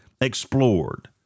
explored